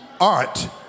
art